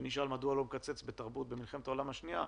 שכשנשאל מדוע לא לקצץ בתרבות במלחמת העולם השנייה,